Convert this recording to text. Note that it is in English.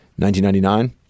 1999